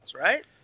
right